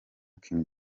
king